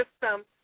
system